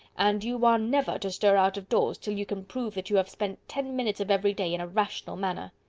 and you are ah never to stir out of doors till you can prove that you have spent ten minutes of every day in a rational manner.